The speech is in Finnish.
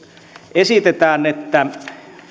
esitetään että